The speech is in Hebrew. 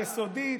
יסודית,